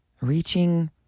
reaching